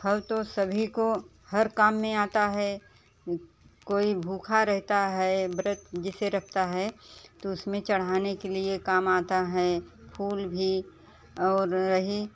फल तो सभी को हर काम में आता है कोई भूखा रहता है व्रत जैसे रखता है तो उसमें चढ़ाने के लिए काम आता है फूल भी और रही